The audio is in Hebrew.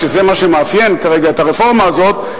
שזה מה שמאפיין כרגע את הרפורמה הזאת,